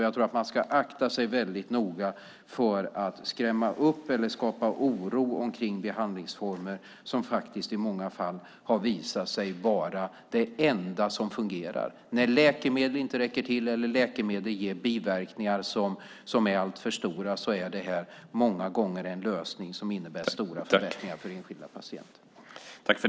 Jag tror att man ska akta sig väldigt noga för att skrämma upp eller skapa oro kring behandlingsformer som i många fall har visat sig vara de enda som fungerar. När läkemedel inte räcker till eller ger biverkningar som är alltför stora är det här många gånger en lösning som innebär stora förbättringar för enskilda patienter.